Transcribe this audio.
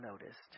noticed